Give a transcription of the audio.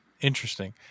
interesting